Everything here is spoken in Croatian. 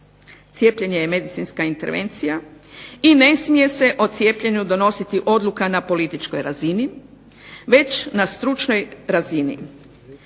Cijepljenje je medicinska intervencija i ne smije se o cijepljenju donositi odluka na političkoj razini već na stručnoj razini.